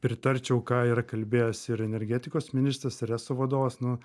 pritarčiau ką yra kalbėjęs ir energetikos ministras ir eso vadovas nu